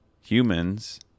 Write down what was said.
humans